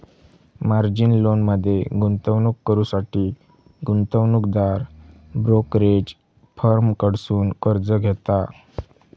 margin लोनमध्ये गुंतवणूक करुसाठी गुंतवणूकदार ब्रोकरेज फर्म कडसुन कर्ज घेता